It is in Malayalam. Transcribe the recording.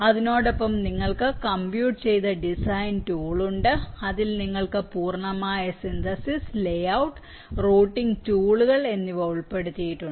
അതിനൊപ്പം നിങ്ങൾക്ക് കമ്പ്യൂട്ട് ചെയ്ത ഡിസൈൻ ടൂൾ ഉണ്ട് അതിൽ നിങ്ങൾക്ക് പൂർണ്ണമായ സിന്തസിസ് ലേ ഔട്ട് റൂട്ടിംഗ് ടൂളുകൾ എന്നിവ ഉൾപ്പെടുത്തിയിട്ടുണ്ട്